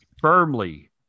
firmly